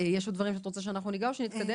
יש עוד דברים שאת רוצה שניגע בהם או שנתקדם?